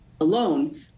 alone